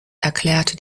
erklärte